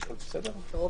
37. תיקון